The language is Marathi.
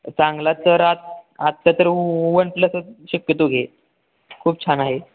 चांगला तर आज आजचा तर वन प्लसच शक्यतो घे खूप छान आहे